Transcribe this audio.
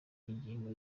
ingingo